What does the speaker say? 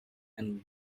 and